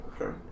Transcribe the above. okay